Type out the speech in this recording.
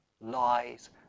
lies